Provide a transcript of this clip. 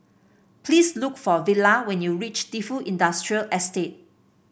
please look for Villa when you reach Defu Industrial Estate